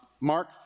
Mark